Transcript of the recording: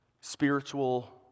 spiritual